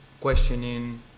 questioning